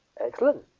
Excellent